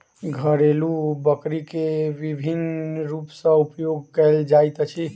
घरेलु बकरी के विभिन्न रूप सॅ उपयोग कयल जाइत अछि